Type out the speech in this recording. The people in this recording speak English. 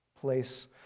place